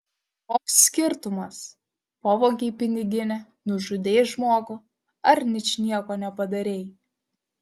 koks skirtumas pavogei piniginę nužudei žmogų ar ničnieko nepadarei